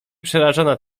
przerażona